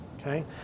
okay